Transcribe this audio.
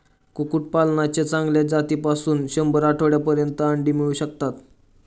कुक्कुटपालनाच्या चांगल्या जातीपासून शंभर आठवड्यांपर्यंत अंडी मिळू शकतात